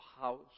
house